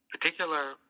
particular